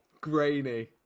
Grainy